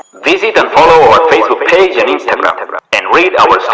visit and follow our facebook page and instagram. and read and read our so